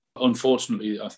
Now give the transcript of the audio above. Unfortunately